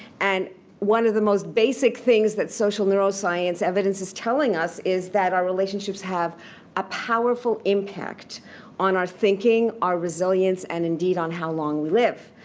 and one of the most basic things that social neuroscience evidence is telling us is that our relationships have a powerful impact on our thinking, our resilience, and indeed, on how long we live.